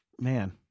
man